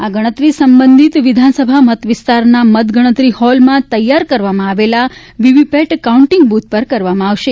આ ગણતરી સંબંધિત વિધાનસભા મત વિસ્તારના મત ગણતરી હોલમાં તૈયાર કરવામાં આવેલ વીવીપેટ કાઉન્ટીંગ બુથ પર કરવામાં આવશે